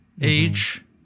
age